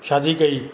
शादी कई